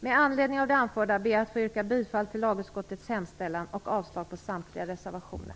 Med anledning av det anförda ber jag att få yrka bifall till lagutskottets hemställan och avslag på samtliga reservationer.